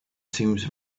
seems